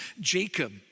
Jacob